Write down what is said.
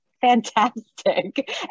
fantastic